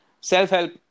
Self-help